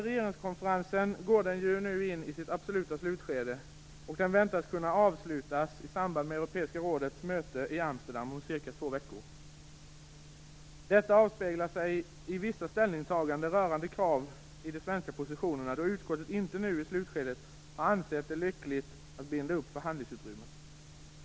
Regeringskonferensen går nu in i sitt absoluta slutskede, och den väntas kunna avslutas i samband med Europeiska rådets möte i Amsterdam om cirka två veckor. Detta avspeglar sig i vissa ställningstaganden rörande krav i de svenska positionerna då utskottet inte nu i slutskedet har ansett det lyckligt att binda upp förhandlingsutrymmet.